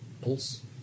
Pulse